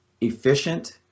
efficient